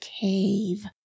cave